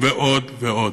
ועוד ועוד.